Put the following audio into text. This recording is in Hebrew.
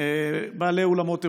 בעלי אולמות אירועים,